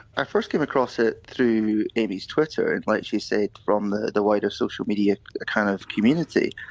i first came across it through amy's twitter, like she said, from the the wider social media kind of community.